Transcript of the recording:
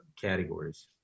categories